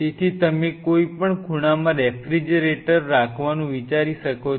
તેથી તમે કોઈ પણ ખૂણામાં રેફ્રિજરેટર રાખવાનું વિચારી શકો છો